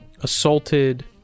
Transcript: Assaulted